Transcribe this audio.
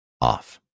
off